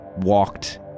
walked